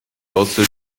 also